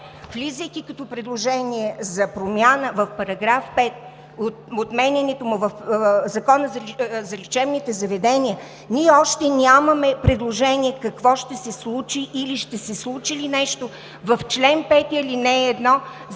влизайки като предложение за промяна в § 5 – отменянето му в Закона за лечебните заведения, ние още нямаме предложение какво ще се случи и ще се случи ли нещо в чл. 5, ал. 1, за